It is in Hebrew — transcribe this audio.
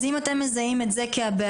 אז אם אתם מזהים את זה כבעיה,